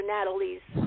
Natalie's